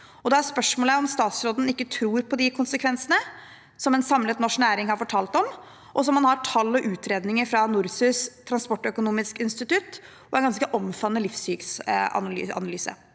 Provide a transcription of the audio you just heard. spørsmålet om statsråden ikke tror på de konsekvensene som en samlet norsk næring har fortalt om, og som han har tall og utredninger om fra NORSUS og Transportøkonomisk institutt, og en ganske omfattende livssyklusanalyse.